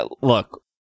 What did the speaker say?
Look